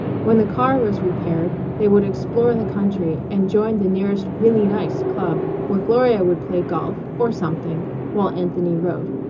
when the car was repaired they would explore the country and join the nearest really nice club, where gloria would play golf or something while anthony wrote.